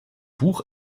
buch